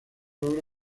obra